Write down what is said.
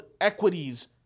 equities